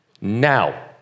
Now